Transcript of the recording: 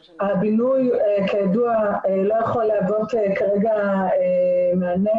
הבינוי, כידוע, לא יכול להוות כרגע מענה